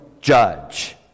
Judge